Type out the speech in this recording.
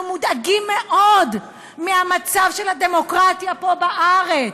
אנחנו מודאגים מאוד ממצב הדמוקרטיה פה בארץ.